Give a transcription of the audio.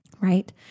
Right